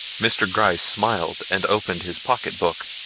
mr. gryce smiled and opened his pocketbook.